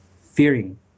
fearing